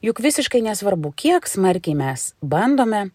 juk visiškai nesvarbu kiek smarkiai mes bandome